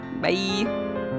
bye